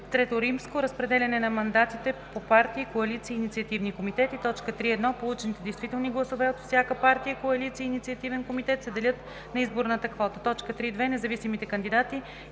квота. III. Разпределяне на мандатите по партии, коалиции и инициативни комитети 3.1. Получените действителни гласове от всяка партия, коалиция и инициативен комитет се делят на изборната квота. 3.2. Независимите кандидати,